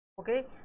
okay